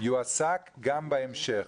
יועסק גם בהמשך.